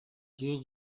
дии